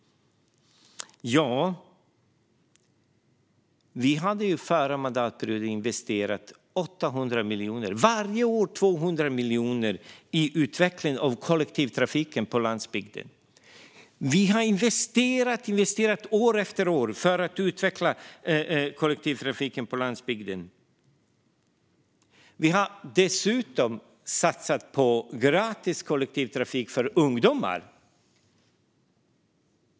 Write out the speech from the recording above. Ja, vi investerade 800 miljoner i utveckling av kollektivtrafiken på landsbygden under den förra mandatperioden - 200 miljoner varje år. Vi har investerat och investerat, år efter år, för att utveckla kollektivtrafiken på landsbygden. Vi har dessutom satsat på gratis kollektivtrafik för ungdomar.